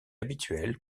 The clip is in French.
habituel